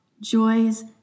joys